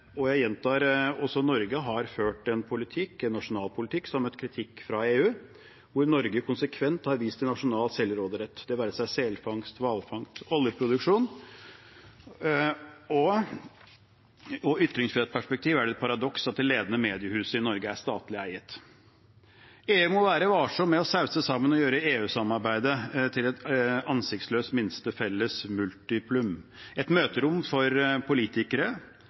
Jeg gjentar: Også Norge har ført en politikk, en nasjonal politikk, som er kritisert fra EU, hvor Norge konsekvent har vist til nasjonal selvråderett – det være seg selfangst, hvalfangst eller oljeproduksjon. I et ytringsfrihetsperspektiv er det et paradoks at det ledende mediehuset i Norge er statlig eiet. EU må være varsom med å sause sammen og gjøre EU-samarbeidet til et ansiktsløst minste felles multiplum, et møterom for politikere.